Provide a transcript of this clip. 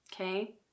Okay